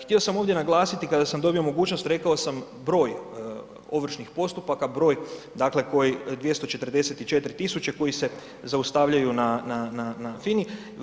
Htio sam ovdje naglasiti, kada sam dobio mogućnost, rekao sam broj ovršnih postupaka, broj dakle koji 244 tisuće koji se zaustavljaju na FINA-i.